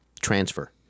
transfer